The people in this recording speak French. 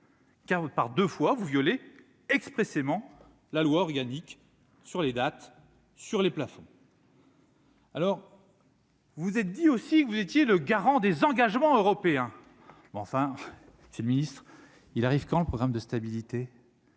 Car, par 2 fois vous violer expressément la loi organique sur les dates sur les plafonds. Vous vous êtes dit aussi que vous étiez le garant des engagements européens. Mais enfin, c'est le ministre, il arrive quand le programme de stabilité.